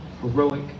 heroic